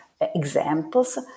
examples